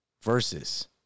versus